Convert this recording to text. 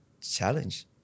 challenge